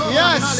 yes